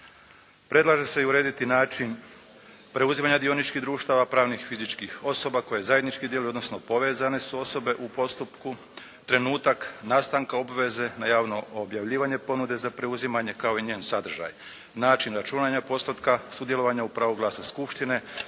Predlaže se i urediti način preuzimanja dioničkih društava pravnih i fizičkih osoba koje zajednički djeluju, odnosno povezane su osobe u postupku. Trenutak nastanka obveze na javno objavljivanje ponude za preuzimanje kao i njen sadržaj, način računanja postotka, sudjelovanja u pravu glasa skupštine,